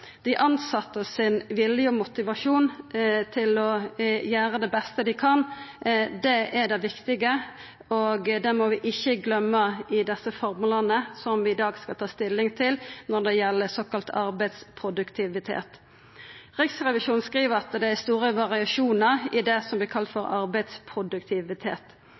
Dei tilsettes vilje og motivasjon til å gjera det beste dei kan, er det viktige, og det må vi ikkje gløyma i desse formlane som vi i dag skal ta stilling til når det gjeld såkalla arbeidsproduktivitet. Riksrevisjonen skriv at det er store variasjonar i det som vert kalla for arbeidsproduktivitet,